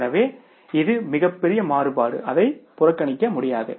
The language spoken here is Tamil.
எனவே இது மிகப் பெரிய மாறுபாடு அதை புறக்கணிக்க முடியாது